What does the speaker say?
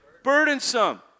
burdensome